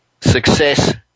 success